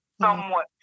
somewhat